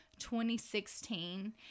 2016